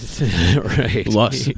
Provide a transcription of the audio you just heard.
Right